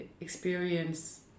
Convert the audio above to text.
experience